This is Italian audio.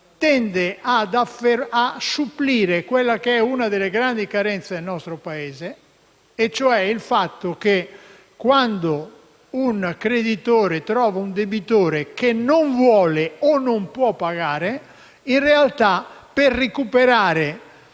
tende a supplire a una delle grandi carenze del nostro Paese, e cioè il fatto che, quando un creditore trova un debitore che non vuole o non può pagare, in realtà, per recuperare